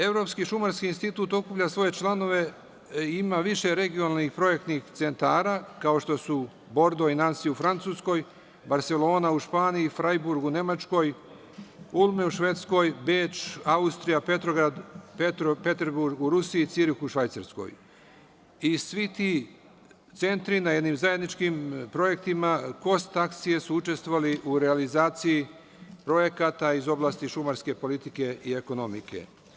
Evropski šumarski institut okuplja svoje članove i ima više regionalnih projektnih centara, kao što su: Bordo i Nansi u Francuskoj, Barselona u Španiji, Frajburg u Nemačkoj, Ulme u Švedskoj, Beč, Austrija, Peterburg u Rusiji, Cirih u Švajcarskoj i svi ti centri na jednim zajedničkim projektima „Kos taksija“ su učestvovali u realizaciji projekata iz oblasti šumarske politike i ekonomike.